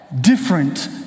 different